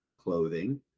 clothing